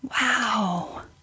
Wow